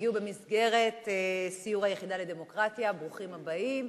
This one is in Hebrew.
שהגיעו במסגרת סיור היחידה לדמוקרטיה: ברוכים הבאים.